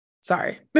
sorry